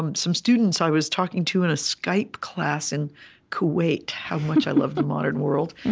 um some students i was talking to in a skype class in kuwait how much i love the modern world,